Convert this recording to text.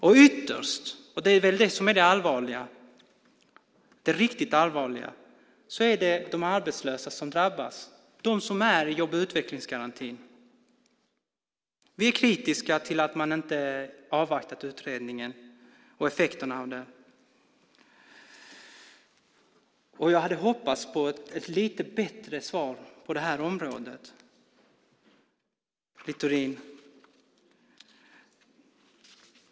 Och ytterst - det är det som är det riktigt allvarliga - är det de arbetslösa som drabbas, de som är i jobb och utvecklingsgarantin. Vi är kritiska till att man inte har avvaktat utredningen och effekterna av den. Jag hade hoppats på ett lite bättre svar på det här området, Littorin.